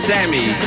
Sammy